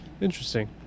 Interesting